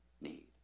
need